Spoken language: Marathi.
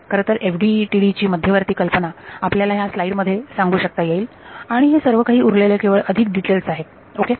खरंतर FDTD ची मध्यवर्ती कल्पना आपल्याला ह्या स्लाईड मध्ये सांगू शकता येईल आणि हे सर्व काही उरलेले केवळ अधिक डिटेल्स आहेत ओके